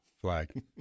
flag